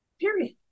period